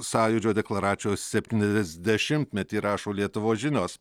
sąjūdžio deklaracijos septyniasdešimtmetį rašo lietuvos žinios